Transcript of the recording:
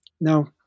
Now